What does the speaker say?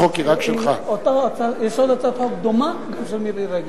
יש עוד הצעת חוק דומה של מירי רגב.